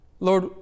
Lord